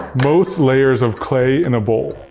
most layers of clay in a bowl.